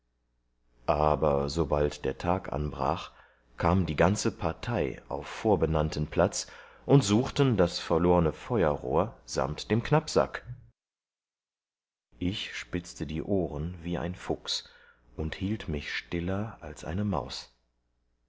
aber sobald der tag anbrach kam die ganze partei auf vorbenannten platz und suchten das verlorne feuerrohr samt dem knappsack ich spitzte die ohren wie ein fuchs und hielt mich stiller als eine maus